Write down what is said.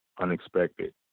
unexpected